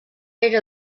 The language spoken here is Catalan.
era